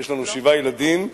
ויש לנו שבעה ילדים,